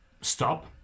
stop